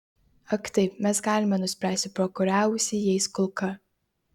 ak taip mes galime nuspręsti pro kurią ausį įeis kulka